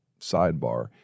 sidebar